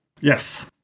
Yes